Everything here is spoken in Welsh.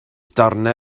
darnau